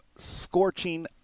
Scorching